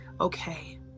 Okay